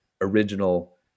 original